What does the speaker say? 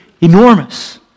enormous